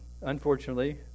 Unfortunately